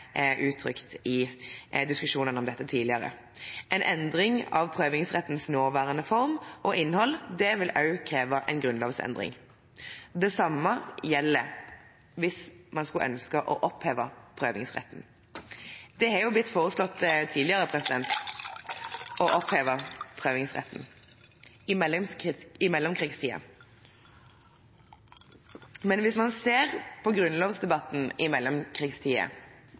uttrykt i diskusjoner om dette tidligere. En endring av prøvingsrettens nåværende form og innhold vil også kreve en grunnlovsendring. Det samme gjelder hvis man skulle ønske å oppheve prøvingsretten. Det har tidligere blitt foreslått å oppheve prøvingsretten, i mellomkrigstiden. Men hvis man ser på grunnlovsdebatten i